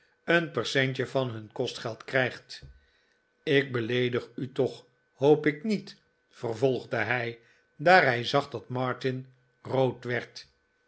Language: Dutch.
een percentje van hun kostgeld krijgt ik beleedig u toch hoop ik niet vervolgde hij daar hij zag dat martin rood werd